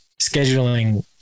scheduling